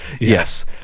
yes